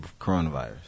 coronavirus